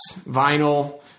vinyl